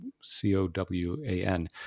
C-O-W-A-N